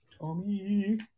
Tommy